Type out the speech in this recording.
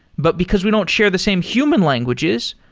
but because we don't share the same human languages,